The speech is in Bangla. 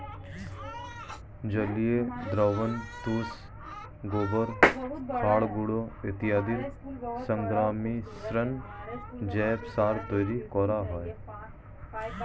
জলীয় দ্রবণ, তুষ, গোবর, খড়গুঁড়ো ইত্যাদির সংমিশ্রণে জৈব সার তৈরি করা হয়